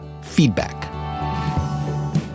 Feedback